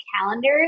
calendar